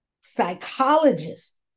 psychologists